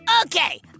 Okay